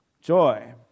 Joy